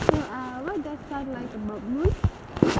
so ah what does sun like about moon